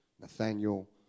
Nathaniel